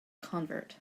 convert